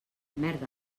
merda